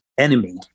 Enemy